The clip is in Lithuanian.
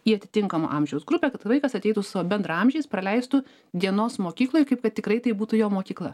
į atitinkamo amžiaus grupę kad vaikas ateitų su savo bendraamžiais praleistų dienos mokykloj kaip kad tikrai tai būtų jo mokykla